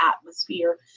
atmosphere